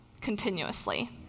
continuously